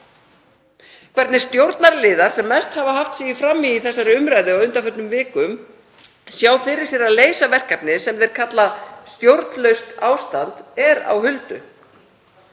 Hvernig stjórnarliðar, sem mest hafa haft sig í frammi í þessari umræðu á undanförnum vikum, sjá fyrir sér að leysa verkefni sem þeir kalla stjórnlaust ástand er á huldu,